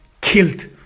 killed